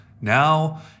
Now